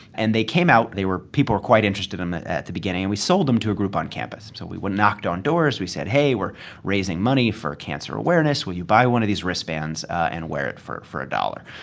and they came out. they were people were quite interested in at the beginning, and we sold them to a group on campus. so we knocked on doors. we said, hey, we're raising money for cancer awareness. will you buy one of these wristbands and wear it for for a dollar?